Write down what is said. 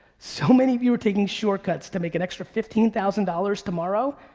so many of you are taking shortcuts to make an extra fifteen thousand dollars tomorrow,